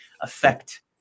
affect